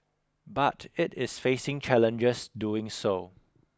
but it is facing challenges doing so